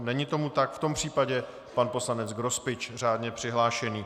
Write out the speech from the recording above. Není tomu tak, v tom případě pan poslanec Grospič, řádně přihlášený.